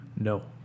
No